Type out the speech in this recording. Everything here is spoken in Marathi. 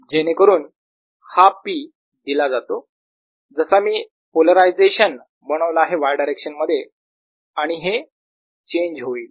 जेणेकरून P हा दिला जातो जसा मी पोलरायझेशन बनवला आहे Y डायरेक्शन मध्ये आणि हे चेंज होईल